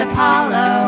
Apollo